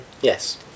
Yes